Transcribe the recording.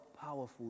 powerful